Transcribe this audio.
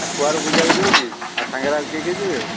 ଆଉ କୁଆଡ଼େ ବୁଲିଆକୁ ଯିବୁ କି ଆଉ ସାଙ୍ଗେରେ ଆଉ କିଏ କିଏ ଯିବେ